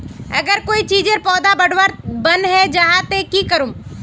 अगर कोई चीजेर पौधा बढ़वार बन है जहा ते की करूम?